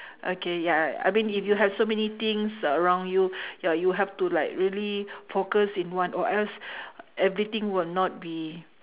okay ya I mean if you have so many things around you ya you have to like really focus in one or else everything will not be